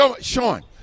Sean